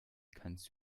kannst